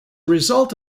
result